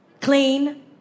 Clean